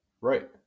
Right